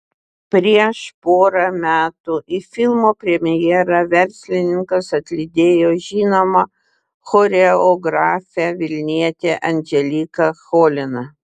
prieš porą metų į filmo premjerą verslininkas atlydėjo žinomą choreografę vilnietę anželiką choliną